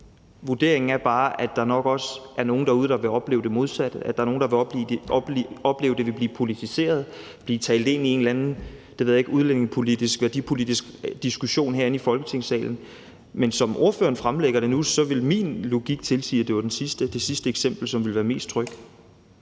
Vurderingen er bare, at der nok også er nogle derude, der vil opleve det modsatte – at der er nogle, der vil opleve, at det vil blive politiseret, blive talt ind i en eller anden udlændingepolitisk eller værdipolitisk diskussion herinde i Folketingssalen. Men som ordføreren fremlægger det nu, ville min logik tilsige, at det var læreren i det sidste eksempel, som ville være mest tryg.